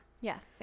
Yes